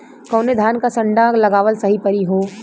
कवने धान क संन्डा लगावल सही परी हो?